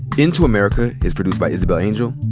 into america is produced by isabel angel,